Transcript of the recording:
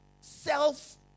self